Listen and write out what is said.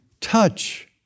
touch